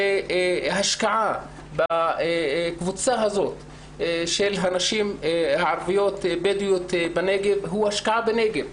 השקעה בקבוצה הזאת של הנשים הערביות בדואיות בנגב היא השקעה בנגב,